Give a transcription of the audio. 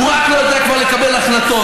יאיר לפיד,